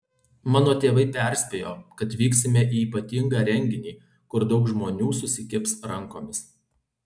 mano tėvai perspėjo kad vyksime į ypatingą renginį kur daug žmonių susikibs rankomis